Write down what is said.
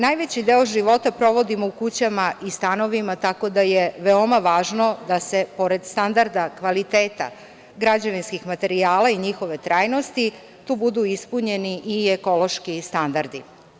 Najveći deo života provodimo u kućama i stanovima, tako da je veoma važno da, pored standarda kvaliteta građevinskih materijala i njihove trajnosti, tu budu ispoljeni i ekološki standardi.